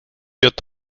wird